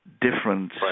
different